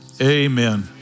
Amen